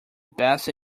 best